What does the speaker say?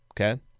Okay